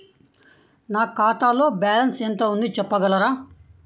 నా ఖాతాలో బ్యాలన్స్ ఎంత ఉంది చెప్పగలరా?